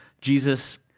Jesus